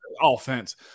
offense